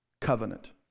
covenant